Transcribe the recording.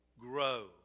grow